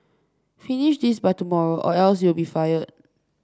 finish this by tomorrow or else you'll be fired